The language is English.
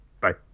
Bye